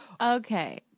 Okay